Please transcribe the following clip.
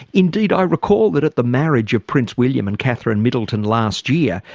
indeed i recall that at the marriage of prince william and katherine middleton last year,